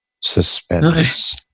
Suspense